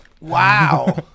Wow